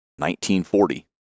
1940